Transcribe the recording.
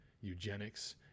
eugenics